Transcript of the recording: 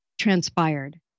transpired